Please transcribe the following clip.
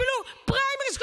אפילו פריימריז,